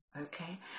Okay